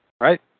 Right